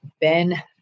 Ben